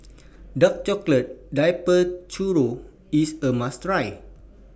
Dark Chocolate Dipped Churro IS A must Try